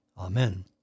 Amen